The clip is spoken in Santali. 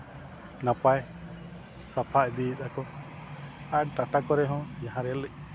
ᱱᱟᱯᱟᱭ ᱥᱟᱯᱷᱟ ᱤᱫᱤᱭᱮᱫ ᱟᱠᱚ ᱟᱨ ᱴᱟᱴᱟ ᱠᱚᱨᱮᱜ ᱦᱚᱸ ᱡᱟᱦᱟᱸ ᱨᱮᱹᱞ